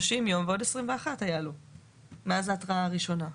היו לו 30 ימים ועוד 21 ימים מאז ההתראה הראשונה.